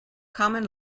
common